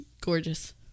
gorgeous